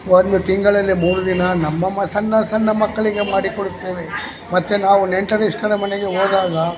ಒಂದು ತಿಂಗಳಲ್ಲೇ ಮೂರು ದಿನ ನಮ್ಮಮ್ಮ ಸಣ್ಣ ಸಣ್ಣ ಮಕ್ಕಳಿಗೆ ಮಾಡಿಕೊಡುತ್ತೇವೆ ಮತ್ತೆ ನಾವು ನೆಂಟರಿಷ್ಟರ ಮನೆಗೆ ಹೋದಾಗ